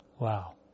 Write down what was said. Wow